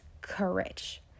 courage